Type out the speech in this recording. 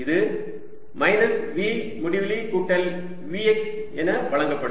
இது minus V முடிவிலி கூட்டல் V x என வழங்கப்படும்